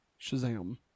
Shazam